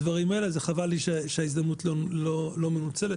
זה חבל לי שההזדמנות לא מנוצלת,